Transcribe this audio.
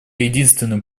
единственный